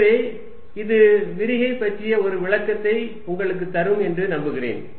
எனவே இது விரிகை பற்றிய ஒரு விளக்கத்தை உங்களுக்குத் தரும் என்று நம்புகிறேன்